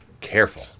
careful